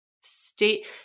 state